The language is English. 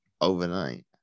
overnight